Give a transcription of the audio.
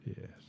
Yes